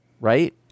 right